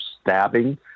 stabbing